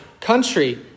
country